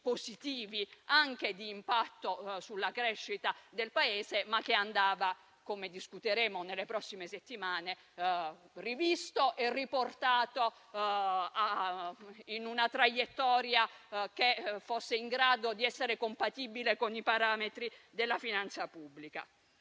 positivi, anche di impatto sulla crescita del Paese, ma che andava - come diremo nella discussione delle prossime settimane - rivisto e riportato in una traiettoria in grado di essere compatibile con i parametri della finanza pubblica.